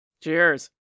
Cheers